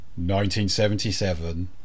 1977